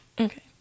Okay